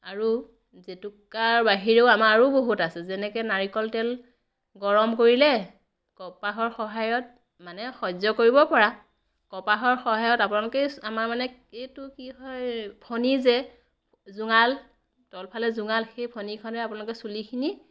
আৰু জেতুকাৰ বাহিৰেও আমাৰ আৰু বহুত আছে যেনেকৈ নাৰিকল তেল গৰম কৰিলে কপাহৰ সহায়ত মানে সহ্য় কৰিব পৰা কপাহৰ সহায়ত আপোনালোকে এই আমাৰ মানে এইটো কি হয় ফণী যে জোঙাল তলফালে জোঙাল সেই ফণীখনেৰে আপোনালোকে চুলিখিনি